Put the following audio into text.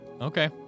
Okay